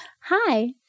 Hi